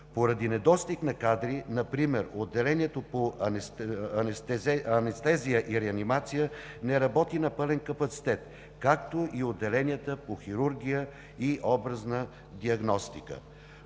Поради недостиг на кадри например отделението по „Анестезия и реанимация“ не работи на пълен капацитет, както и отделенията по „Хирургия“ и „Образна диагностика“.